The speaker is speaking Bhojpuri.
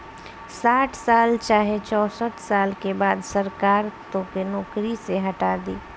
साठ साल चाहे चौसठ साल के बाद सरकार तोके नौकरी से हटा दी